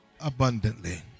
abundantly